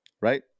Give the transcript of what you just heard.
Right